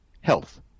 health